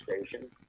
station